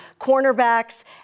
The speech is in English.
cornerbacks